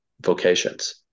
vocations